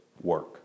work